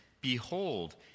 behold